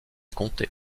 compter